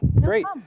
great